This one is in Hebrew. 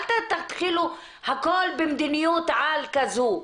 אל תתחילו הכול במדיניות על כזו.